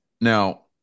Now